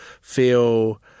feel